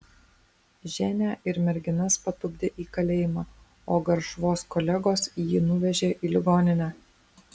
ženią ir merginas patupdė į kalėjimą o garšvos kolegos jį nuvežė į ligoninę